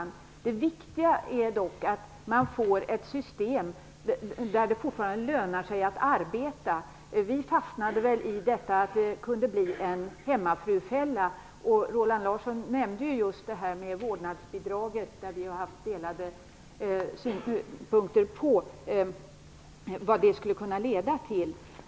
Men det viktiga är att man får ett system där det fortfarande lönar sig att arbeta. Vi i Folkpartiet liberalerna fastnade i att det kunde bli en hemmafrufälla. Roland Larsson nämnde just att vi haft delade meningar om vad vårdnadsbidraget skulle kunna leda till.